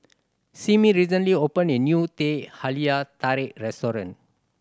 Simmie recently opened a new Teh Halia Tarik restaurant